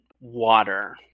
water